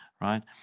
right